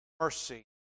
mercy